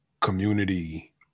community